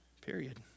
period